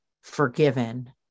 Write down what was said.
forgiven